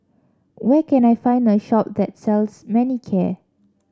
where can I find a shop that sells Manicare